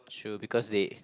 true because they